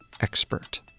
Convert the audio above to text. expert